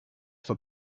for